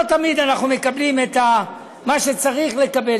לא תמיד אנחנו מקבלים את מה שצריך לקבל.